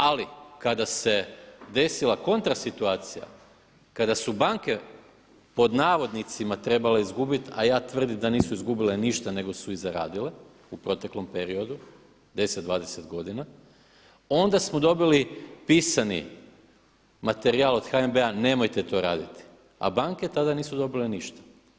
Ali kada se desila kontra situacija, kada su banke „trebale izgubiti“, a ja tvrdim da nisu izgubile ništa nego su i zaradile u proteklom periodu 10, 20 godina, onda smo dobili pisani materijal od HNB-a nemojte to raditi, a banke tada nisu dobile ništa.